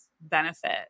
benefit